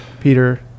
Peter